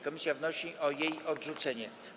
Komisja wnosi o jej odrzucenie.